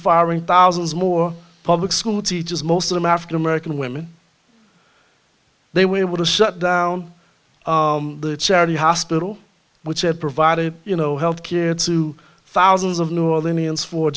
firing thousands more public school teachers most of them african american women they were able to shut down the charity hospital which had provided you know health care to thousands of new orleans for